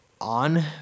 on